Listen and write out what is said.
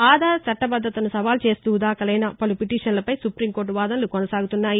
ఆధార్ చట్టబద్దతను సవాలు చేస్తూ దాఖలైన పలు పిటీషన్లపై సుపీంకోర్ట వాదనలు కొనసాగుతున్నాయి